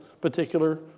particular